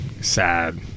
sad